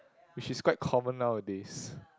which is quite common nowadays